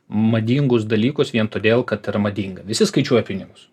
madingus dalykus vien todėl kad yra madinga visi skaičiuoja pinigus